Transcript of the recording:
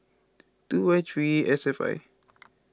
two Y three S F I